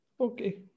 Okay